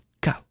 go